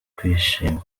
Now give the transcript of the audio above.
kwishima